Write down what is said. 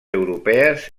europees